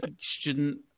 student